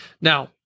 Now